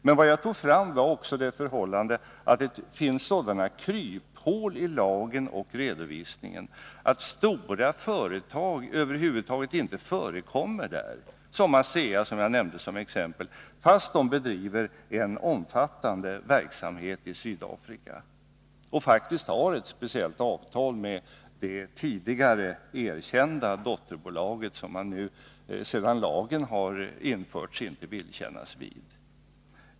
Men jag pekar också på det förhållandet att det finns sådana kryphål i lagen och redovisningen att stora företag över huvud taget inte förekommer där — jag nämnde ASEA som exempel — fast de bedriver en omfattande verksamhet i Sydafrika och faktiskt har ett speciellt avtal med det tidigare erkända dotterbolaget, som man nu, sedan lagen har införts, inte vill kännas vid.